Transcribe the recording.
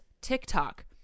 TikTok